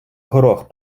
горох